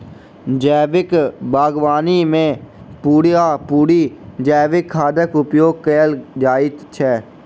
जैविक बागवानी मे पूरा पूरी जैविक खादक उपयोग कएल जाइत छै